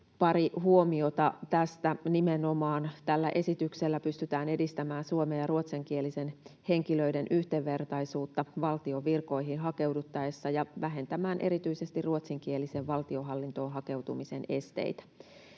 Pari huomiota tästä. Nimenomaan tällä esityksellä pystytään edistämään suomen- ja ruotsinkielisten henkilöiden yhdenvertaisuutta valtion virkoihin hakeuduttaessa ja vähentämään erityisesti ruotsinkielisten valtionhallintoon hakeutumisen esteitä.